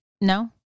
No